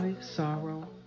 sorrow